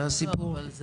זה הסיפור?